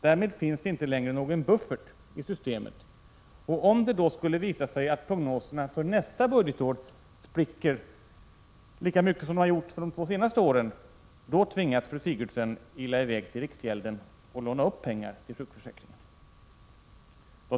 Därmed finns det inte längre någon buffert i systemet, och om det skulle visa sig att prognoserna för nästa budgetår spricker — som de har gjort de senaste åren — tvingas fru Sigurdsen ila iväg till riksgälden och låna upp pengar till sjukförsäkringen.